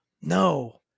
no